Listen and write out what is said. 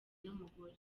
n’umugore